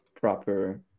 proper